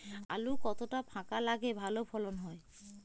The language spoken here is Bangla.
আলু কতটা ফাঁকা লাগে ভালো ফলন হয়?